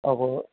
അപ്പോള്